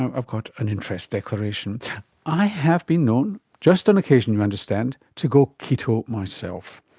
i've got an interest declaration i have been known, just on occasion you understand, to go keto myself.